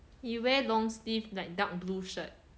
he wear long sleeve like dark blue shirt